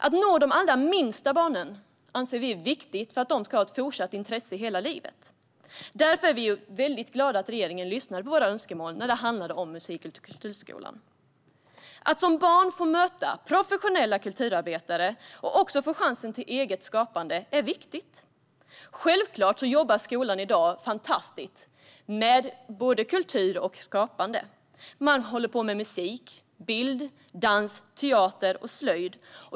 Att nå de allra minsta barnen anser vi är viktigt så att de kan få fortsätta att ha ett intresse hela livet. Därför är vi glada att regeringen lyssnade på våra önskemål när det handlade om musik och kulturskolan. Att som barn få möta professionella kulturarbetare och även få chansen till eget skapande är viktigt. Självklart jobbar skolan i dag på ett fantastiskt sätt med både kultur och skapande. Man håller på med musik, bild, dans, teater och slöjd.